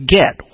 get